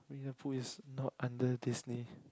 Winnie-the-Pooh is not under Disney